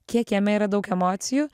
kiek jame yra daug emocijų